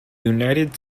united